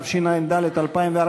התשע"ד 2014,